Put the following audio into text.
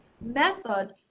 method